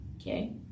okay